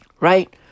right